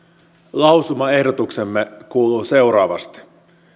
lausumaehdotuksemme kuuluu seuraavasti